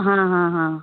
हाँ हाँ हाँ